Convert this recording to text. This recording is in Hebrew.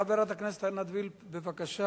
חברת הכנסת עינת וילף, בבקשה.